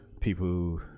people